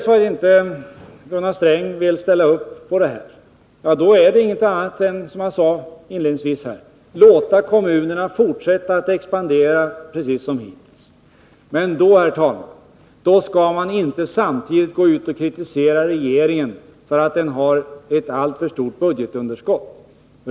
Om det är så att Gunnar Sträng inte vill ställa upp på detta, innebär hans resonemang, som jag sade inledningsvis, att kommunerna får fortsätta att expandera precis som hittills. Men då, herr talman, skall man inte samtidigt gå ut och kritisera regeringen för ett alltför stort budgetunderskott.